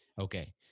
Okay